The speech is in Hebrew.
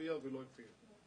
להופיע ולא הופיע.